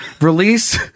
Release